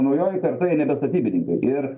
naujoji karta jie nebe statybininkai ir